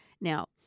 now